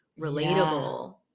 relatable